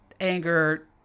anger